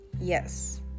yes